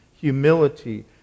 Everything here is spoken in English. humility